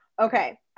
Okay